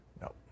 Nope